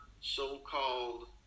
so-called